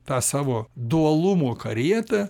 tą savo dualumo karietą